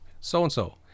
so-and-so